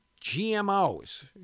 GMOs